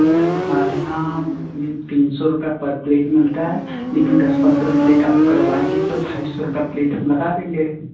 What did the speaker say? ma'am हमारे यहाँ तीन सौ रुपये पर प्लेट मिलता है लेकिन दस पंद्रह प्लेट आप करवाएंगी तो ढाई सौ रुपये प्लेट हम लगा देंगे